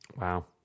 wow